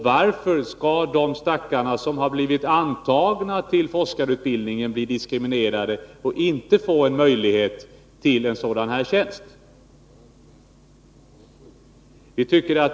Varför skall de stackare som blivit antagna till forskarutbildningen bli diskriminerade och inte få möjlighet till en sådan här tjänst?